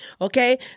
okay